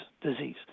disease